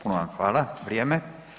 Puno vam hvala, vrijeme.